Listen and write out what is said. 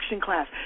class